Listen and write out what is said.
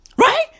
Right